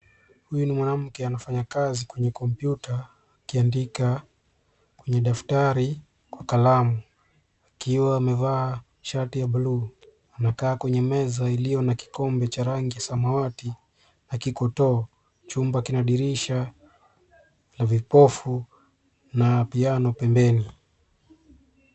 Huyu ni mwanamke anafanya kazi kwenye kompyuta akiandika kwenye daftari kwa kalamu akiwa amevaa shati ya bluu. Anakaa kwenye meza iliyo na kikombe cha rangi samawati na kikoto. Chumba kina dirisha la vipofu na piano pembeni.